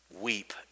weep